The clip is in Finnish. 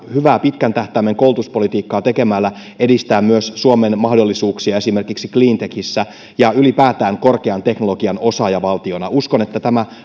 hyvää pitkän tähtäimen koulutuspolitiikkaa tekemällä edistää myös suomen mahdollisuuksia esimerkiksi cleantechissä ja ylipäätään korkean teknologian osaajavaltiona uskon että tämä